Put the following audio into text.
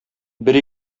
бер